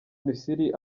misiri